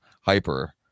hyper